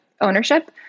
ownership